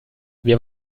wir